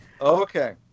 Okay